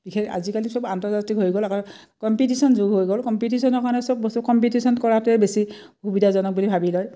বিশেষ আজিকালি চব আন্তৰ্জাতিক হৈ গ'ল আৰু কম্পিটিশ্যন যুগ হৈ গ'ল কম্পিটিশ্যনৰ কাৰণে চব বস্তু কম্পিটিশ্যন কৰাটোৱ বেছি সুবিধাজনক বুলি ভাবি লয়